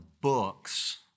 books